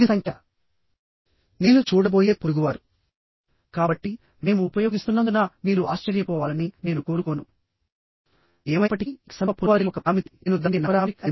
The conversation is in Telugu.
ఇండస్ట్రియల్ బిల్డింగ్స్ లో లేదా బ్రిడ్జెస్ లో ముఖ్యంగా ట్రస్ మెంబర్స్ టెన్షన్ కి గురవుతాయి